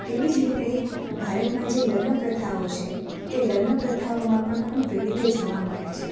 તેવી જ રીતે ભારતમાં જે લગ્ન પ્રથાઓ છે તે લગ્ન પ્રથાઓમાં પણ ખૂબ વૈવિધ્ય જોવા મળે છે